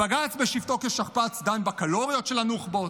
הבג"ץ בשבתו כשכפ"ץ דן בקלוריות של הנוח'בות.